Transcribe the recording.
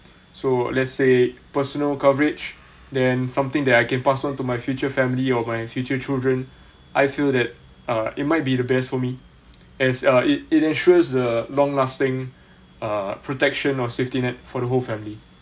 so let's say personal coverage then something that I can pass on to my future family or my future children I feel that uh it might be the best for me as uh it it ensures the long lasting uh protection or safety net for the whole family